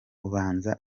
ubanza